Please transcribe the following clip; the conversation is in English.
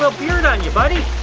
ah beard on you buddy.